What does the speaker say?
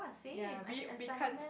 ya we we can't